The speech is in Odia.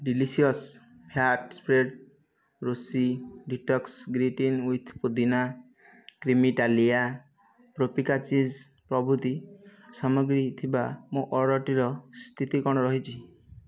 ଡିଲିସିୟସ ଫ୍ୟାଟ୍ ସ୍ପ୍ରେଡ଼୍ ରୋଷି detox green tea with pudina କ୍ରେମିଟାଲିଆ ପାପ୍ରିକା ଚିଜ୍ ପ୍ରଭୃତି ସାମଗ୍ରୀ ଥିବା ମୋ' ଅର୍ଡ଼ର୍ଟିର ସ୍ଥିତି କ'ଣ ରହିଛି